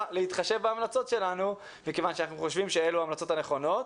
להתחשב בהמלצות שלנו מכיוון שאנחנו חושבים שאלה ההמלצות הנכונות.